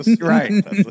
Right